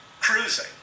cruising